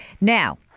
now